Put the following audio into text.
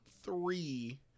three